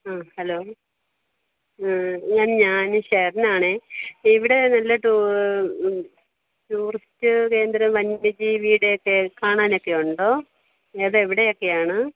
hello ma'am ഞാൻ ഷെറിനാണ് ഇവിടെ നല്ല ടൂ ടൂറിസ്റ്റ് കേന്ദ്രം വന്യജീവിയുടെയൊക്കെ കാണാനൊക്കെയുണ്ടോ അതെവിടെയൊക്കെയാണ്